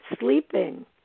sleeping